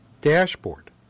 dashboard